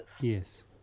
Yes